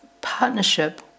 partnership